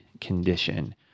condition